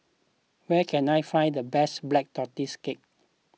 where can I find the best Black Tortoise Cake